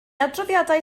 adroddiadau